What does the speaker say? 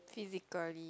physically